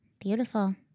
Beautiful